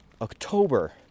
October